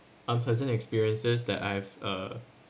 unpleasant experiences that I've uh